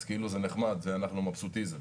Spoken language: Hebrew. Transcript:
אז כאילו זה נחמד, אנחנו מבסוטים.